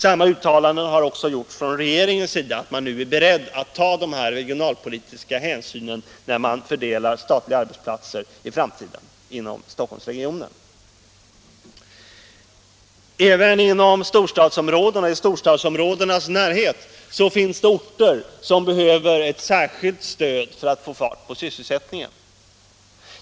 Från regeringens sida har man också uttalat att man nu är beredd att ta de här regionalpolitiska hänsynen, när i framtiden statliga arbetsplatser skall fördelas inom Stockholmsregionen. Även i storstadsområdenas närhet finns orter som behöver ett särskilt stöd för att få i gång sysselsättningen.